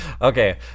Okay